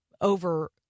over